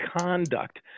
conduct